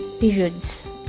periods